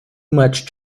much